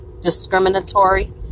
discriminatory